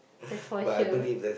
that's for sure